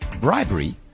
bribery